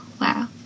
wow